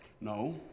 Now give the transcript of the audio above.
No